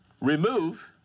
remove